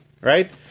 Right